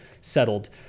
settled